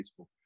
Facebook